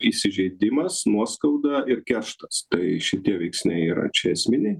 įsižeidimas nuoskauda ir kerštas tai šitie veiksniai yra čia esminiai